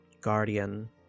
guardian